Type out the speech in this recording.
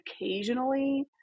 occasionally